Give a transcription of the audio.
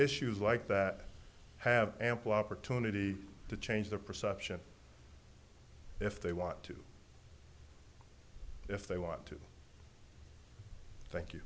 issues like that have ample opportunity to change their perception if they want to if they want to thank you